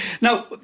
Now